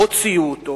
הוציאו אותו.